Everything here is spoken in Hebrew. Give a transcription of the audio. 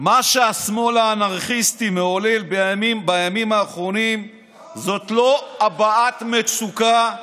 מה שהשמאל האנרכיסטי מעולל בימים האחרונים זאת לא הבעת מצוקה,